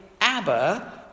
Abba